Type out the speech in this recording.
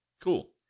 Cool